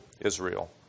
Israel